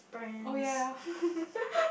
oh ya